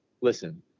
listen